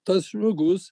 tas žmogus